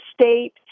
state